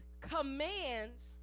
commands